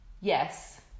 Yes